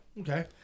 Okay